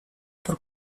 por